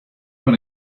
when